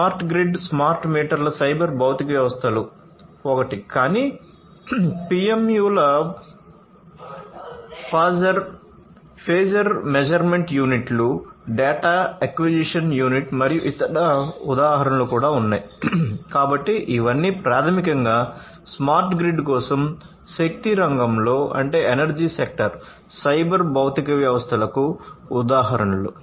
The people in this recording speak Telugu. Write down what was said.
స్మార్ట్ గ్రిడ్ స్మార్ట్ మీటర్లలో సైబర్ భౌతిక వ్యవస్థలు ఒకటి కానీ పిఎంయుల ఫాజర్ మెజర్మెంట్ యూనిట్లు సైబర్ భౌతిక వ్యవస్థలకు ఉదాహరణలు